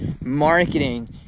marketing